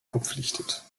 verpflichtet